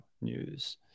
news